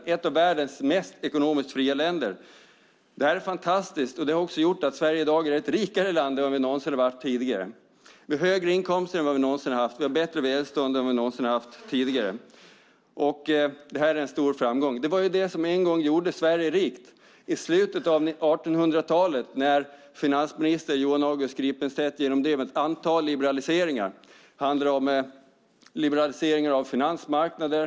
Sverige är ett av världens mest ekonomiskt fria länder. Det är fantastiskt. Det har också gjort att Sverige i dag är ett rikare land än vad vi någonsin har varit tidigare. Vi har högre inkomster än vad vi någonsin har haft. Vi har bättre välstånd än vad vi någonsin har haft. Det här är en stor framgång. Det var detta som en gång gjorde Sverige rikt i slutet av 1800-talet när finansminister Johan August Gripenstedt genomdrev ett antal liberaliseringar. Det handlade om liberalisering av finansmarknader.